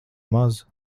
maz